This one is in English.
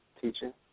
teaching